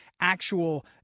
actual